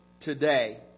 today